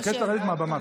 אני מבקש לרדת מהבמה.